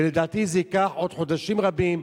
לדעתי זה ייקח עוד חודשים רבים,